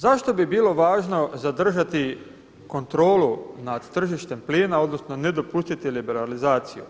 Zašto bi bilo važno zadržati kontrolu nad tržištem plina, odnosno ne dopustiti liberalizaciju?